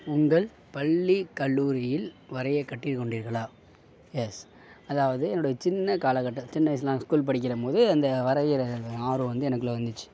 உங்கள் பள்ளி கல்லூரியில் வரையக் கட்டி கொண்டிர்களா எஸ் அதாவது என்னோட சின்ன காலக்கட்ட சின்ன வயசில் நான் ஸ்கூல் படிக்கிறம் போது அந்த வரைகிற ஆர்வம் வந்து எனக்குள்ளே வந்துச்சு